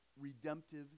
redemptive